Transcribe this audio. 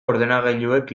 ordenagailuek